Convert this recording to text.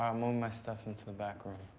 um um my stuff into the back room.